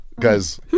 Guys